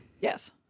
Yes